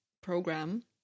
program